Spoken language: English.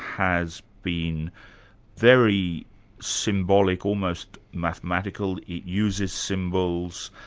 has been very symbolic, almost mathematical, it uses symbols.